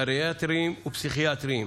גריאטריים ופסיכיאטריים,